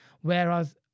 Whereas